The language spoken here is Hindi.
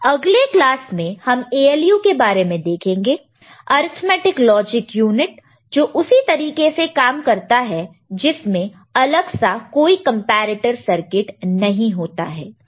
अगले क्लास में हम ALU के बारे में देखेंगे अर्थमैटिक लॉजिक यूनिट जो उसी तरीके से काम करता है जिसमें अलग सा कोई कंपैरेटर सर्किट नहीं होता है